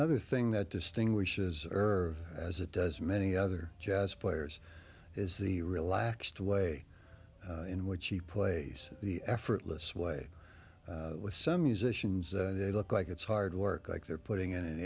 another thing that distinguishes her as it does many other jazz players is the relaxed way in which she plays the effortless way with some musicians and they look like it's hard work like they're putting in an